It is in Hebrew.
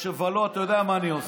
ולא, אתה יודע מה אני עושה.